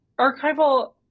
archival